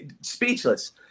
speechless